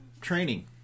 training